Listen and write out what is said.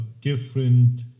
Different